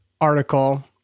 article